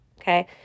Okay